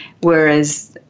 whereas